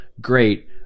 Great